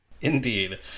Indeed